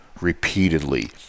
repeatedly